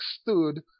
stood